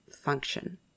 function